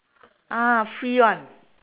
ah free one